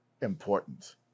important